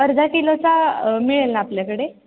अर्धा किलोचा मिळेल ना आपल्याकडे